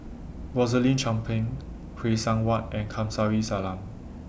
Rosaline Chan Pang Phay Seng Whatt and Kamsari Salam